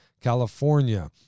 California